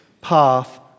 path